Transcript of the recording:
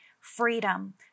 freedom